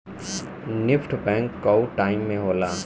NEFT bank कअ time में होला